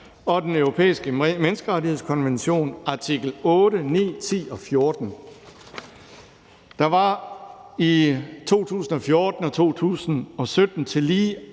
og den europæiske menneskerettighedskonventions artikel 8, 9, 10 og 14. Der blev i 2014 og 2017 tillige